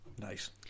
Nice